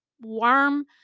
warm